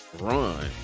run